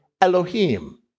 Elohim